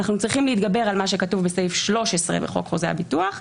אנחנו צריכים להתגבר על מה שכתוב בסעיף 13 בחוק חוזה הביטוח,